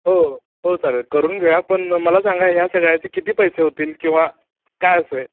हो हो चालेल करून घेऊया पण मला सांगा ह्या सगळ्याचे किती पैसे होतील किंवा काय असे